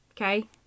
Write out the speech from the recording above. Okay